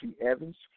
Evans